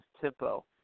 tempo